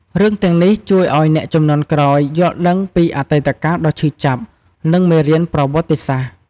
រឿងទាំងនេះជួយឱ្យអ្នកជំនាន់ក្រោយយល់ដឹងពីអតីតកាលដ៏ឈឺចាប់ និងមេរៀនប្រវត្តិសាស្ត្រ។